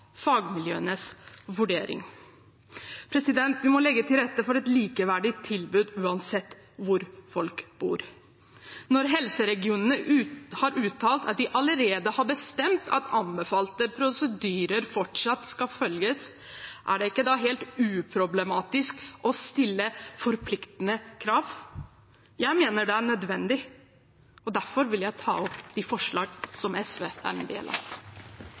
fagmiljøenes vurdering. Vi må legge til rette for et likeverdig tilbud uansett hvor folk bor. Når helseregionene har uttalt at de allerede har bestemt at anbefalte prosedyrer fortsatt skal følges, er det ikke da helt uproblematisk å stille forpliktende krav? Jeg mener det er nødvendig. Derfor anbefaler jeg det forslaget som SV er en del av.